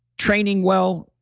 training well,